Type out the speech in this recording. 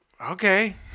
Okay